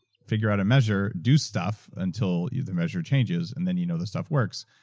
figure out a measure, do stuff until either measure changes, and then you know the stuff works.